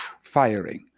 firing